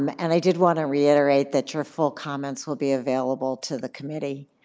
um and i did want to reiterate that your full comments will be available to the committee.